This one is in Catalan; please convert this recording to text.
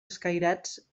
escairats